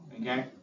Okay